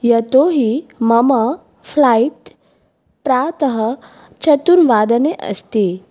यतोहि मम फ़्लैट् प्रातः चतुर्वादने अस्ति